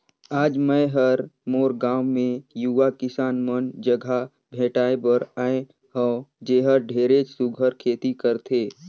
आज मैं हर मोर गांव मे यूवा किसान मन जघा भेंटाय बर आये हंव जेहर ढेरेच सुग्घर खेती करथे